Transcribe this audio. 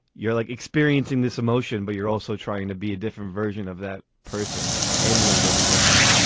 you're like experiencing this emotion, but you're also trying to be a different version of that person handling those emotions.